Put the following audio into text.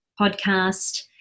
podcast